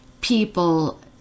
people